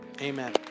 Amen